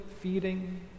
feeding